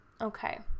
okay